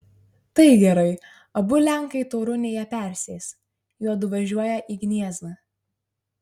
tai gerai abu lenkai torunėje persės juodu važiuoja į gniezną